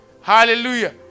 hallelujah